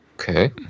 Okay